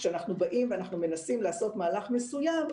כשאנחנו באים ומנסים לעשות מהלך מסוים,